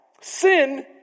sin